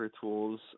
tools